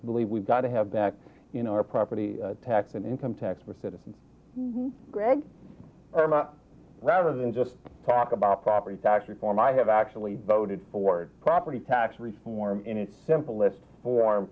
believe we've got to have back you know our property tax and income tax for citizens greg erma rather than just talk about property tax reform i have actually voted for property tax reform and it's simple list for